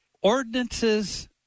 ordinances